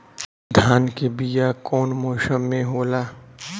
धान के बीया कौन मौसम में होला?